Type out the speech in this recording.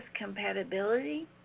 compatibility